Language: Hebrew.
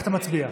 נגד